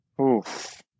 Oof